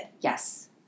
Yes